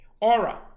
aura